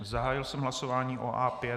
Zahájil jsem hlasování o A5.